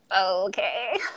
Okay